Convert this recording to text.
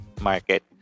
market